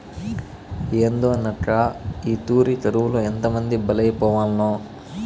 ఏందోనక్కా, ఈ తూరి కరువులో ఎంతమంది బలైపోవాల్నో